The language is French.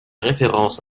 référence